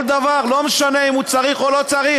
כל דבר, לא משנה אם צריך או לא צריך?